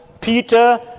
Peter